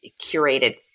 curated